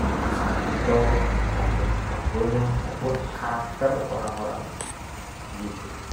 Pasangan kito, maupun kelaurga nyo maupun karakter orang orang gitu.